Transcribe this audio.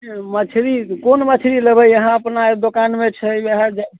ई मछली कोन मछली लेबै अहाँ अपना दोकानमे छै वएह